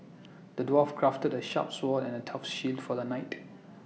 the dwarf crafted A sharp sword and A tough shield for the knight